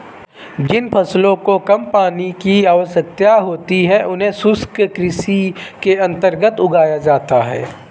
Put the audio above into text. जिन फसलों को कम पानी की आवश्यकता होती है उन्हें शुष्क कृषि के अंतर्गत उगाया जाता है